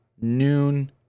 noon